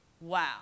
Wow